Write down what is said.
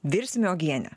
virsime uogienę